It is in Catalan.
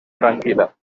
tranquil·la